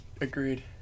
Agreed